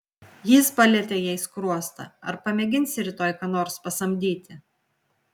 jis palietė jai skruostą ar pamėginsi rytoj ką nors pasamdyti